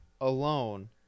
alone